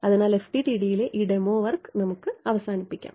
അതിനാൽ FDTD ലെ ഈ ഡെമോ വർക്ക് നമുക്ക് അവസാനിപ്പിക്കാം